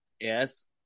yes